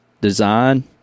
design